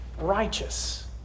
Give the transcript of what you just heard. righteous